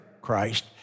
Christ